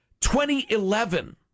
2011